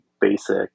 basic